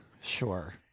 Sure